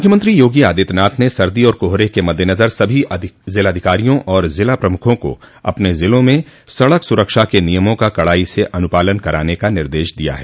मुख्यमंत्री योगी आदित्यनाथ ने सर्दी और कोहरे के मद्देनजर सभी ज़िलाधिकारियों और ज़िला प्रमुखों को अपने ज़िलों में सड़क सुरक्षा के नियमा का कड़ाई से अनुपालन कराने का निर्देश दिया है